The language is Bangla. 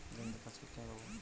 জমিতে কাসকেড কেন দেবো?